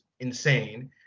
insane